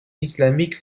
islamique